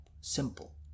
Simple